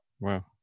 Wow